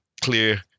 clear